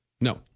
No